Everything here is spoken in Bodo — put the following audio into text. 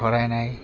फरायनाय